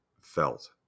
felt